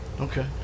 Okay